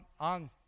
on